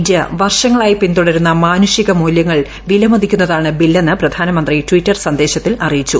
ഇന്ത്യവർഷങ്ങളായി പിന്തുടരുന്ന മാനുഷികമൂല്യങ്ങൾവിലമതീക്കുന്നതാണ് ബില്ലെന്ന് പ്രധാനമന്ത്രി ടിറ്റർസന്ദേശത്തിൽഅറിയിച്ചു